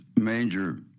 major